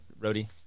roadie